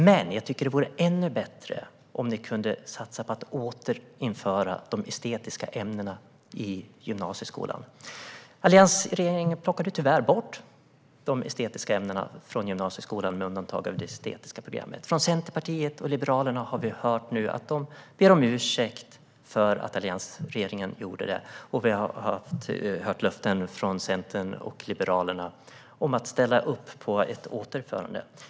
Jag tycker dock att det vore ännu bättre om ni kunde satsa på att återinföra de estetiska ämnena i gymnasieskolan. Alliansregeringen plockade tyvärr bort de estetiska ämnena från gymnasieskolan med undantag av det estetiska programmet. Från Centerpartiet och Liberalerna har vi hört att de ber om ursäkt för att alliansregeringen gjorde detta, och vi har hört löften från Centern och Liberalerna om att ställa upp på ett återinförande.